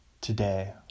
today